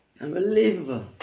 Unbelievable